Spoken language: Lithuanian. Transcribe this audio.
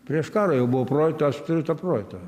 prieš karą jau buvo projekta aš turiu to projektą